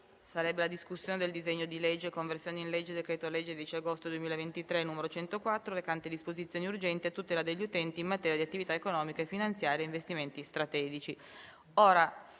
sede di esame del disegno di legge di conversione del decreto-legge 10 agosto 2023, n. 104, recante disposizioni urgenti a tutela degli utenti, in materia di attività economiche, finanziarie e investimenti strategici